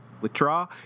withdraw